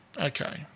Okay